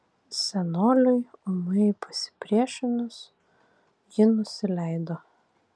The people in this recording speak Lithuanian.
senoliui ūmai pasipriešinus ji nusileido